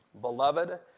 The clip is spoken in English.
Beloved